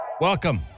Welcome